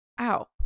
ow